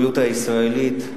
הציבוריות הישראלית,